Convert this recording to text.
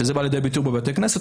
שזה בא לידי ביטוי בבתי הכנסת,